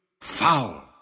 foul